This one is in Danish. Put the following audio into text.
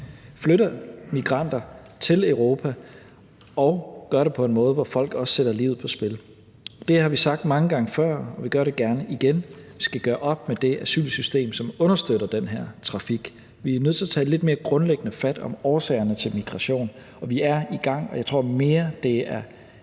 flytter migranter til Europa, og som gør det på en måde, hvor folk også sætter livet på spil. Det har vi sagt mange gange før, og vi gør det gerne igen. Vi skal gøre op med det asylsystem, som understøtter den her trafik. Vi er nødt til at tage lidt mere grundlæggende fat i årsagerne til migration, og vi er i gang. Jeg tror, at det mere